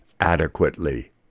adequately